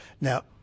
Now